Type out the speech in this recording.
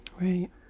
right